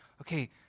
okay